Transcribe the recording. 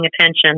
attention